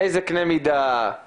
באיזה קנה מידה, כולם,